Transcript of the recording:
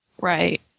Right